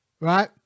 right